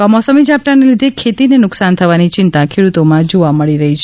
કમોસમી ઝાપટાને લીધે ખેતીને નુકાશાન થવાની ચિતાં ખેડૂતોમાં જોવા મળી રહી છે